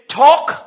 talk